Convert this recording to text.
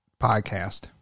podcast